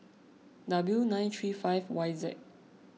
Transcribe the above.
W nine three five Y Z